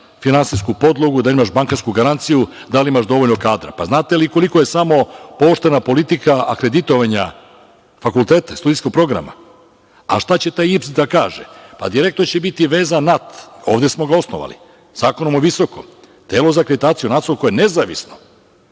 finansijsku podlogu, da li imaš bankarsku garanciju, da li imaš dovoljno kadra. Pa, znate li koliko je samo pooštrena politika akreditovanja fakulteta, studijskog programa? A šta će taj JISP da kaže? Pa, direktno će biti veza NAT. Ovde smo ga osnovali, Zakonom o visokom, telo za akreditaciju, nacionalno, koje je nezavisno,